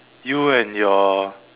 you and your